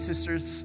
Sisters